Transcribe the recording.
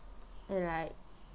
and like